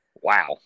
Wow